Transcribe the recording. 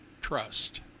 trust